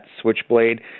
switchblade